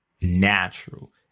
natural